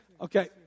Okay